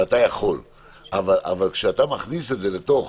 אבל כשאתה מכניס את זה לתוך